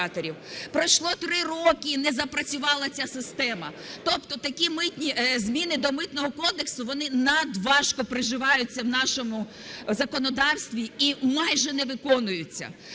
Пройшло три роки - і не запрацювала ця система. Тобто такі зміни до Митного кодексу, вони надважко приживаються в нашому законодавстві і майже не виконуються.